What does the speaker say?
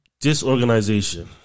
disorganization